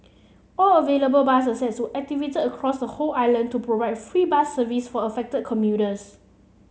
all available bus assets were activated across the whole island to provide free bus service for affected commuters